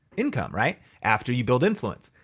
income, right? after you build influence.